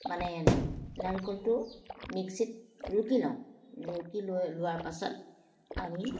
মানে নাৰিকলটো মিক্সিত ৰুকি লওঁ ৰুকি লোৱাৰ পাছত আমি